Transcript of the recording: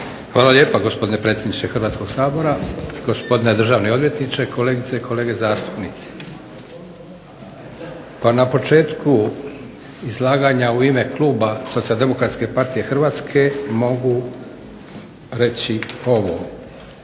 Hvala lijepa gospodine predsjedniče Hrvatskog sabora, gospodine državni odvjetniče, kolegice i kolege zastupnici. Pa na početku izlaganja u ime kluba SDP-a mogu reći ovo